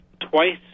twice